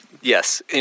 Yes